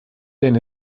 denn